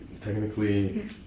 technically